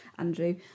Andrew